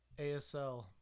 ASL